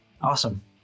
awesome